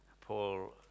Paul